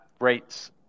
Rates